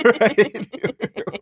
right